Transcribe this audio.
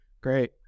Great